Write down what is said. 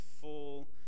full